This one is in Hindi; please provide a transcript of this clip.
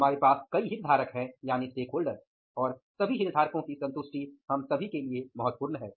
हमारे पास कई हितधारक हैं और सभी हितधारकों की संतुष्टि हम सभी के लिए महत्वपूर्ण है